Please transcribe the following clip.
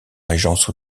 régence